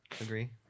Agree